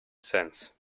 sense